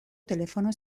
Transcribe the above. telefono